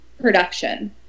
production